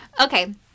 Okay